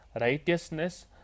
Righteousness